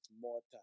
mortar